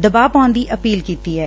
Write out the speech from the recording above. ਦਬਾਅ ਪਾਉਣ ਦੀ ਅਪੀਲ ਕੀਤੀ ਐ